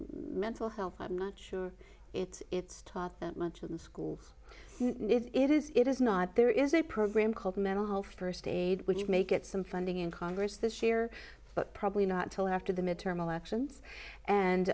but mental health i'm not sure it's taught that much in schools if it is it is not there is a program called mental health first aid which make it some funding in congress this year but probably not until after the midterm elections and